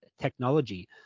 technology